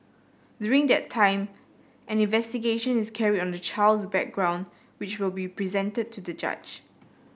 during that time an investigation is carried on the child's background which will be presented to the judge